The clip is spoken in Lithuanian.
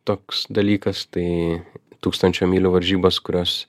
toks dalykas tai tūkstančio mylių varžybos kurios